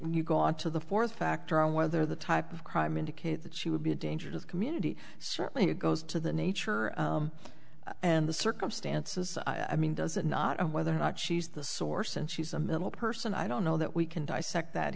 you go on to the fourth factor on whether the type of crime indicated that she would be a danger to the community certainly it goes to the nature and the circumstances i mean does it not whether or not she's the source and she's a middle person i don't know that we can dissect that